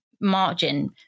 margin